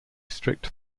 strict